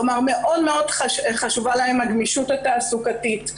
כלומר מאוד מאוד חשובה להן הגמישות התעסוקתית,